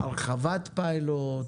הרחבת פיילוט?